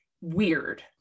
weird